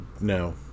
no